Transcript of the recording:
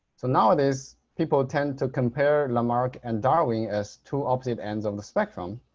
so nowadays people tend to compare lamarck and darwin as two opposite ends on the spectrum.